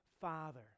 father